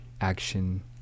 action